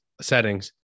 settings